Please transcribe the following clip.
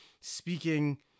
speaking